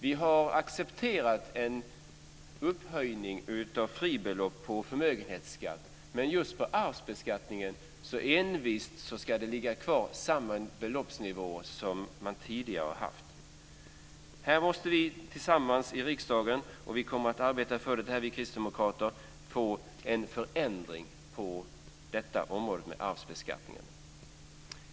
Vi har accepterat en upphöjning av fribelopp på förmögenhetsskatten, men just när det gäller arvsbeskattningen så ska den envist ligga kvar på samma beloppsnivå som den har varit på tidigare. På detta område måste vi tillsammans i riksdagen få en förändring - det kommer vi kristdemokrater att arbeta för. Herr talman!